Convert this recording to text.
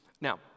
Now